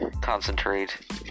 concentrate